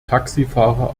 taxifahrer